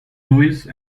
louise